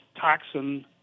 toxin